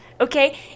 okay